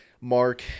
Mark